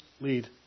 lead